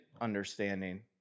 understanding